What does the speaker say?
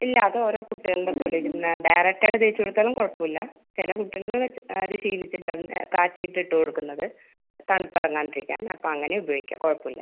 ഇല്ല അത് ഓരോ കുട്ടികളുടെ പോലെ ഇരിക്കും ഡയറക്റ്റ് ആയിട്ട് തേച്ച് കൊടുത്താലും കുഴപ്പം ഇല്ല ചില കുട്ടികളത് വെച്ച് അത് ശീലിച്ചിട്ടുണ്ടാവും കാച്ചീട്ട് ഇട്ട് കൊടുക്ക്ന്നത് തണുപ്പ് എറങ്ങാണ്ട് ഇരിക്കാൻ അപ്പം അങ്ങനെ ഉപയോഗിക്കാ കുഴപ്പം ഇല്ല